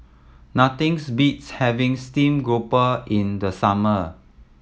nothings beats having stream grouper in the summer